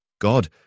God